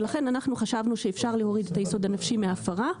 ולכן חשבנו שאפשר להוריד את היסוד הנפשי מהפרה,